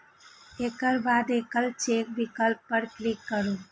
एकर बाद एकल चेक विकल्प पर क्लिक करू